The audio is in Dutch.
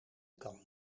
kan